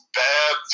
bad